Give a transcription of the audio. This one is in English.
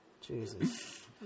Jesus